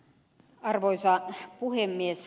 arvoisa puhemies